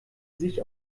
sich